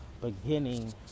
beginning